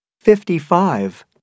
fifty-five